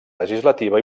legislativa